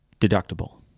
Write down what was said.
deductible